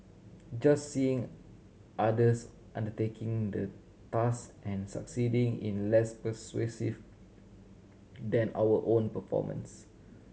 just seeing others undertaking the task and succeeding in less persuasive than our own performance